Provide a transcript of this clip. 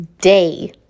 day